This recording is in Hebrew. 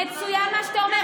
מצוין מה שאתה אומר.